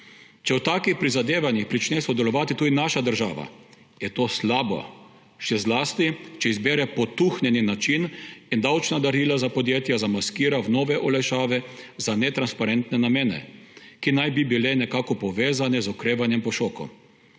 Če v takih prizadevanjih prične sodelovati tudi naša država, je to slabo, še zlasti če izbere potuhnjeni način in davčna darila za podjetja zamaskira v nove olajšave za netransparentne namene, ki naj bi bili nekako povezani z okrevanjem po šoku.